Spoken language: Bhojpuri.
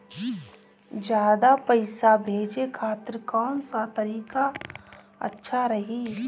ज्यादा पईसा भेजे खातिर कौन सा तरीका अच्छा रही?